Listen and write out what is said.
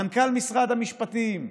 מנכ"ל משרד המשפטים,